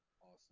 Awesome